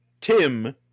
Tim